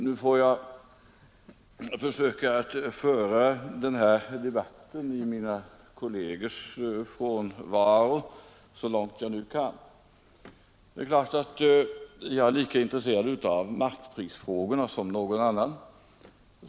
Nu får jag försöka att föra den här debatten i mina kollegers frånvaro så långt jag kan. Det är klart att jag är lika intresserad av markprisfrågorna som någon annan.